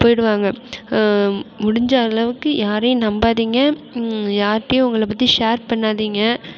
போய்விடுவாங்க முடிஞ்ச அளவுக்கு யாரையும் நம்பாதிங்க யார்கிட்டயும் உங்கள பற்றி ஷேர் பண்ணாதிங்க